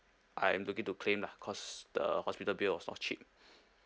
I'm looking to claim lah cause the hospital bill was not cheap